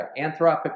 anthropic